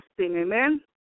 amen